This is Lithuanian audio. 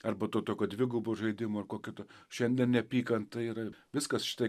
ar to tokio dvigubo žaidimo ar ko ito šiandien neapykanta yra viskas štai